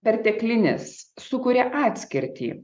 perteklinis sukuria atskirtį